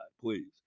please